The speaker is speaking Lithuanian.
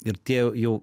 ir tie jau